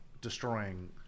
destroying